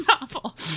novel